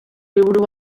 liburu